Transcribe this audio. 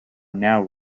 now